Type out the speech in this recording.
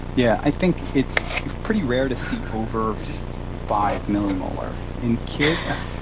yeah, i think it's pretty rare to see over five millimolar. in kids,